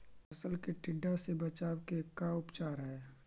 फ़सल के टिड्डा से बचाव के का उपचार है?